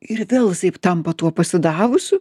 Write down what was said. ir vėl jisai tampa tuo pasidavusiu